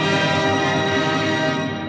and